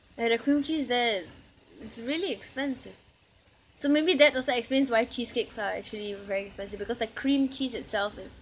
ya the cream cheese there is it's really expensive so maybe that also explains why cheesecakes are actually very expensive because the cream cheese itself is